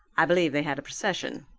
i believe they had a procession,